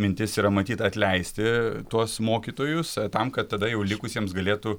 mintis yra matyt atleisti tuos mokytojus tam kad tada jau likusiems galėtų